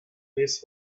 waste